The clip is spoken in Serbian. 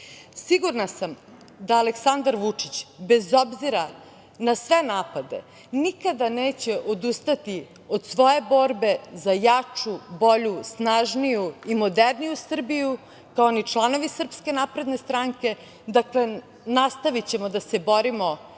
Sigurna sam da Aleksandar Vučić bez obzira na sve napade nikada neće odustati od svoje borbe za jaču, bolju, snažniju i moderniju Srbiju, kao ni članovi SNS. Dakle, nastavićemo da se borimo